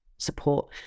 Support